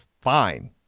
fine